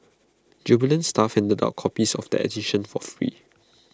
jubilant staff handed out copies of that edition for free